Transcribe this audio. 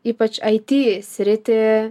ypač it sritį